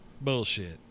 Bullshit